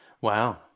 Wow